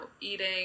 eating